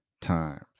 times